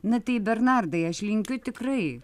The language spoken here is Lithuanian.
na tai bernardai aš linkiu tikrai